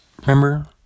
Remember